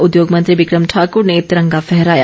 उद्योग मंत्री बिक्रम ठाकूर ने तिरंगा फहराया